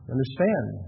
Understand